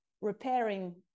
repairing